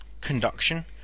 conduction